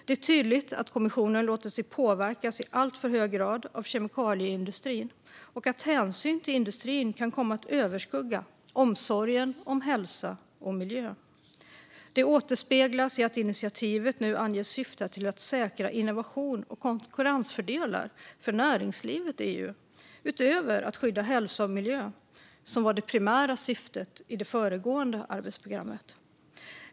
Det är tydligt att kommissionen låtit sig påverkas i alltför hög grad av kemikalieindustrin och att hänsyn till industrin kan komma att överskugga omsorgen om hälsa och miljö. Det återspeglas i att initiativet nu anges syfta till att säkra innovation och konkurrensfördelar för näringslivet i EU, utöver att skydda hälsa och miljö som var det primära syftet enligt det föregående arbetsprogrammet.